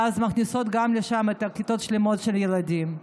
ואז מכניסות לשם גם כיתות שלמות של ילדים.